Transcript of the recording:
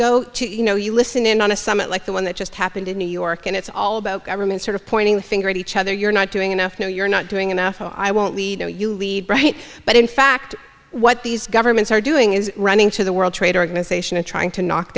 go to you know you listen in on a summit like the one that just happened in new york and it's all about government sort of pointing the finger at each other you're not doing enough no you're not doing enough i won't lead you leave right but in fact what these governments are doing is running to the world trade organization and trying to knock